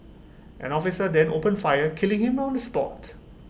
an officer then opened fire killing him on the spot